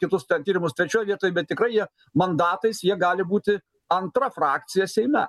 kitus ten tyrimus trečioj vietoj bet tikrai jie mandatais jie gali būti antra frakcija seime